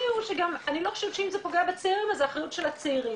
שגם אני לא חושבת שאם זה פוגע בצעירים אז האחריות של הצעירים,